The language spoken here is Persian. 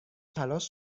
تلاش